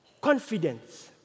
confidence